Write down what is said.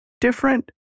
different